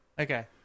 Okay